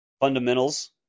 fundamentals